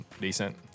decent